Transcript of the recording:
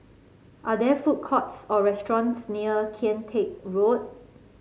are there food courts or restaurants near Kian Teck Road